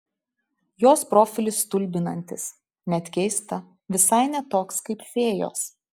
jos profilis stulbinantis net keista visai ne toks kaip fėjos